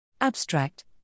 Abstract